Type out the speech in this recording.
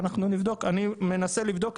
אני מנסה לבדוק.